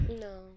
No